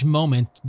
moment